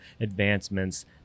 advancements